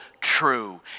true